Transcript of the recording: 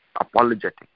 apologetic